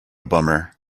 bummer